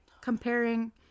comparing